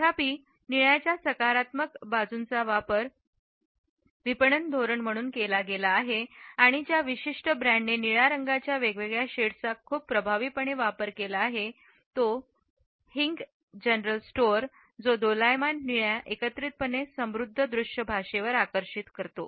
तथापि निळ्याच्या सकारात्मक बाजांचा वापर विपणन धोरण म्हणून केला गेला आहे आणि ज्या विशिष्ट ब्रँडने निळ्या रंगाच्या वेगवेगळ्या शेड्सचा खूप प्रभावीपणे वापर केला आहे तो वो हिंग जनरल स्टोअर जो दोलायमान निळ्या एकत्रितपणे समृद्ध दृश्य भाषेवर आकर्षित करतो